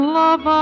love